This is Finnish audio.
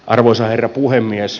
arvoisa herra puhemies